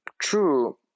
True